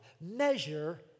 Measure